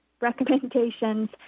recommendations